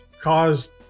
caused